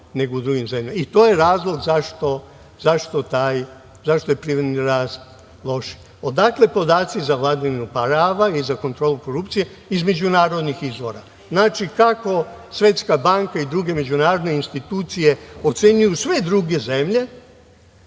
To je razlog zašto je privredni rast loš. Odakle podaci za vladavinu prava i za kontrolu korupcije iz međunarodnih izvora. Znači, kako Svetska banka i druge međunarodne institucije ocenjuju sve druge zemlje,